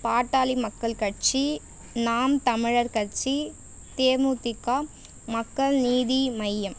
Pattali Makkal Katchi Naam Tamilar Katchi DMDK Makkal Needhi Maiam